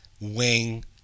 wing